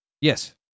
Yes